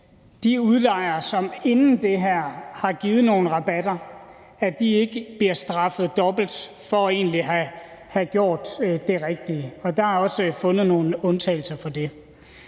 de udlejere, som inden det her har givet nogle rabatter, ikke bliver straffet dobbelt for egentlig at have gjort det rigtige. Og der er også fundet nogle undtagelser fra det.